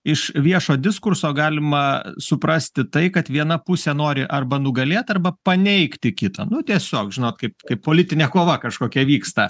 iš viešo diskurso galima suprasti tai kad viena pusė nori arba nugalėt arba paneigti kitą nu tiesiog žinot kaip kaip politinė kova kažkokia vyksta